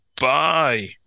Bye